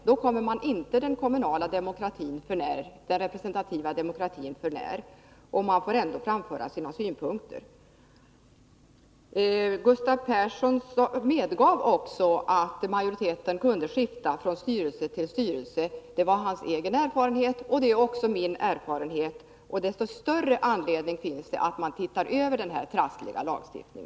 Då kommer man inte den kommunala representativa demokratin för när, och man får ändå framföra sina synpunkter. Gustav Persson medgav att majoriteten kunde skifta från styrelse till styrelse. Det var hans egen erfarenhet, och det är också min erfarenhet. Desto större anledning finns det då att titta över denna trassliga lagstiftning!